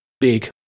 big